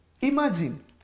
Imagine